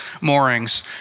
moorings